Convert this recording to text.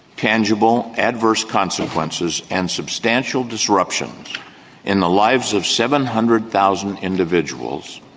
tangible adverse consequences and substantial disruption in the lives of seven hundred thousand individuals,